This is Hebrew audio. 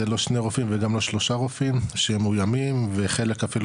זה לא שני רופאים וגם לא שלושה רופאים שמאוימים וחלק אפילו,